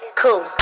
cool